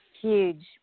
huge